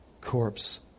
corpse